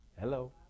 Hello